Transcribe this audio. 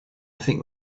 think